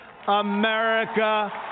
America